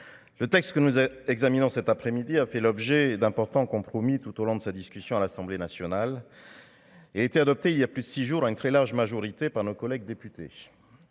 le texte que nous avons examinons cet après-midi, a fait l'objet d'importants compromis tout au long de sa discussion à l'Assemblée nationale et été adopté il y a plus de 6 jours à une très large majorité par nos collègues députés,